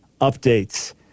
updates